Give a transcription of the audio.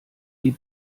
die